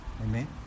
Amen